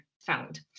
found